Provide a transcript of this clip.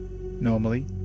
Normally